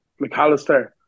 McAllister